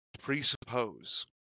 presuppose